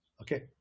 okay